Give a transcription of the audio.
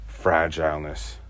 fragileness